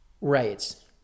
Right